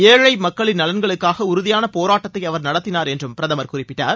ஏழை மக்களின் நலன்களுக்காக உறுதியான போராட்டத்தை அவர் நடத்தினார் என்று பிரதமர் குறிப்பிட்டார்